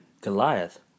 Goliath